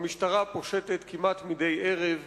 המשטרה פושטת כמעט מדי ערב.